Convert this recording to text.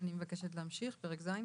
אני מבקשת להמשיך, פרק ז'.